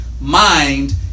mind